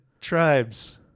tribes